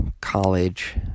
college